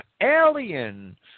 alien